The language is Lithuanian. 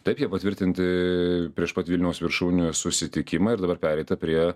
taip jie patvirtinti prieš pat vilniaus viršūnių susitikimą ir dabar pereita prie